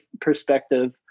perspective